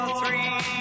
three